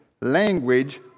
language